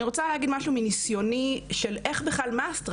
אני רוצה להגיד משהו מניסיוני של מה האסטרטגיות